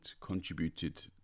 contributed